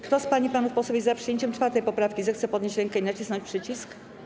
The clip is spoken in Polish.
Kto z pań i panów posłów jest za przyjęciem 4. poprawki, zechce podnieść rękę i nacisnąć przycisk.